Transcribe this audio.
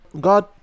god